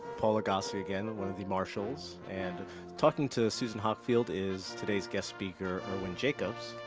paul lagace again, one of the marshals. and talking to susan hockfield is today's guest speaker irwin jacobs.